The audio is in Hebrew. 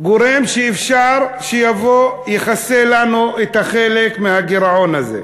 גורם שיכסה לנו את החלק מהגירעון הזה.